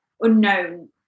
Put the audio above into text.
unknown